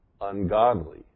ungodly